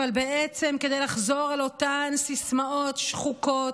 אבל בעצם כדי לחזור על אותן סיסמאות שחוקות,